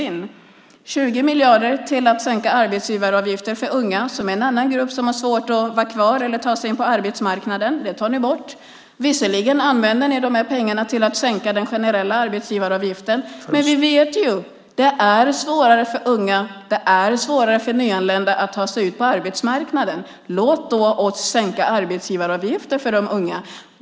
Ni tar bort 20 miljarder i sänkta arbetsavgifter för unga som är en annan grupp som har svårt att vara kvar eller ta sig in på arbetsmarknaden. Visserligen använder ni pengarna till att sänka den generella arbetsgivaravgiften, men vi vet ju att det är svårare för unga och nyanlända att ta sig in på arbetsmarknaden. Låt oss då sänka arbetsgivaravgiften för de unga!